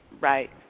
Right